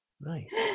Nice